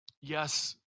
Yes